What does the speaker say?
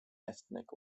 ethnic